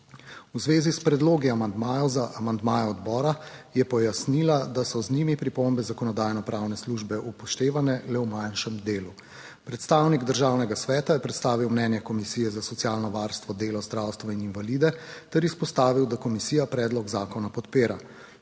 V zvezi s predlogi amandmajev za amandmaje odbora je pojasnila, da so z njimi pripombe Zakonodajno-pravne službe upoštevane le v manjšem delu. Predstavnik Državnega sveta je predstavil mnenje Komisije za socialno varstvo, delo, zdravstvo in invalide ter izpostavil, da komisija predlog zakona podpira.